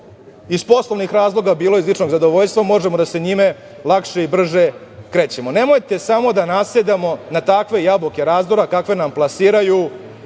iz poslovnih razloga, bilo iz ličnog zadovoljstva, možemo da se njima lakše i brže krećemo. Nemojte samo da nasedamo na takve jabuke razdora kakve nam plasiraju